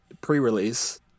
pre-release